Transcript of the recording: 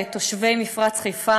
תושבי מפרץ חיפה